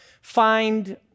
find